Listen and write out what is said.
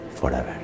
forever